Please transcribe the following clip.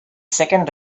second